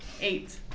eight